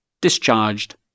discharged